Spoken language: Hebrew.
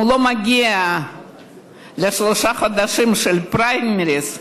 אם הוא לא מגיע לשלושה חודשים של פריימריז,